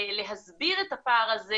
להסביר את הפער הזה